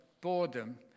boredom